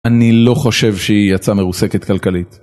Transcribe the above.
אני לא חושב שהיא יצאה מרוסקת כלכלית.